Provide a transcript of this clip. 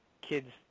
kids